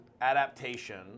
adaptation